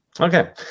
Okay